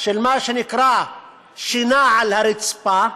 של מה שנקרא שינה על הרצפה,